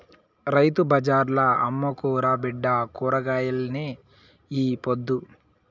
రైతు బజార్ల అమ్ముకురా బిడ్డా కూరగాయల్ని ఈ పొద్దు